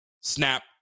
Snap